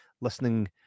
listening